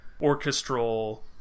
orchestral